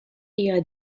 hija